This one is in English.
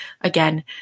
again